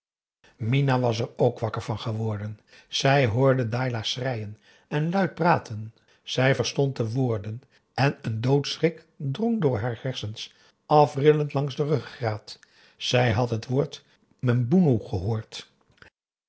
was er ook wakker van geworden zij hoorde dailah schreien en luid praten zij verstond de woorden en een doodschrik drong door haar hersens afrillend langs de ruggegraat zij had het woord memboenoeh gehoord